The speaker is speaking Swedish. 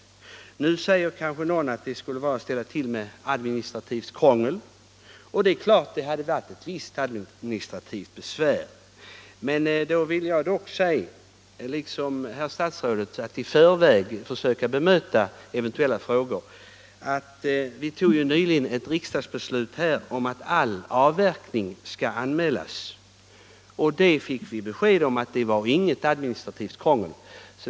Nu säger kanske någon att det hade varit att införa administrativt krångel, och det är klart att det hade medfört visst administrativt besvär. Men jag vill då påminna om =— för att liksom herr statsrådet försöka att i förväg bemöta eventuella frågor — att vi nyligen fattade ett riksdagsbeslut om att all avverkning skall anmälas. Vi fick då besked om att det inte skulle innebära något administrativt krångel.